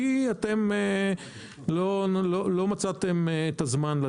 אנחנו מסכימים שמי שרוצה להפעיל מונית